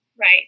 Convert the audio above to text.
right